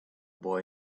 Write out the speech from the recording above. boy